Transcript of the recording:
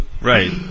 Right